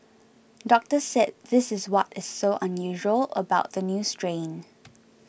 doctors said this is what is so unusual about the new strain